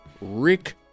Rick